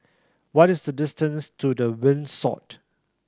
what is the distance to The